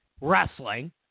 wrestling